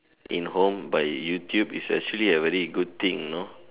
in home by YouTube it's actually a very good thing you know